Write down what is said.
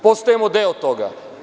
Postajemo deo toga.